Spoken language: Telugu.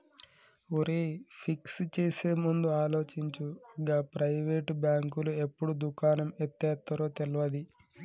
ఒరేయ్, ఫిక్స్ చేసేముందు ఆలోచించు, గా ప్రైవేటు బాంకులు ఎప్పుడు దుకాణం ఎత్తేత్తరో తెల్వది